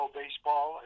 baseball